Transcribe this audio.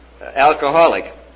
alcoholic